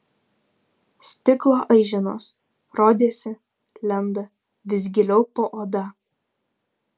stiklo aiženos rodėsi lenda vis giliau po oda